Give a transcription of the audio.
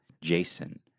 Jason